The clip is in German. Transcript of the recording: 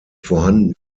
vorhanden